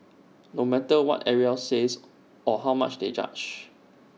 no matter what everyone else says or how much they judge